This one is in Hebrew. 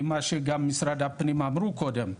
ממה שגם משרד הפנים אמרו קודם.